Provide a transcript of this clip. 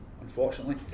unfortunately